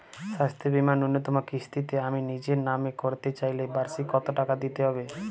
স্বাস্থ্য বীমার ন্যুনতম কিস্তিতে আমি নিজের নামে করতে চাইলে বার্ষিক কত টাকা দিতে হবে?